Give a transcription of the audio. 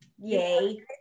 Yay